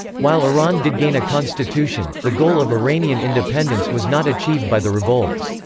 while iran did gain a constitution, the goal of iranian independence was not achieved by the revolts.